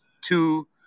two